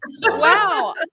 Wow